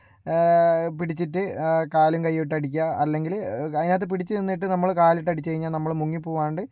പിടിച്ചിട്ട് കാലും കയ്യുമിട്ടടിക്കുക അല്ലങ്കില് അതിനകത്ത് പിടിച്ച്നിന്നിട്ട് നമ്മള് കാലിട്ട് അടിച്ച് കഴിഞ്ഞാൽ നമ്മള് മുങ്ങിപ്പോവാണ്ട്